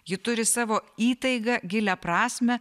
ji turi savo įtaigą gilią prasmę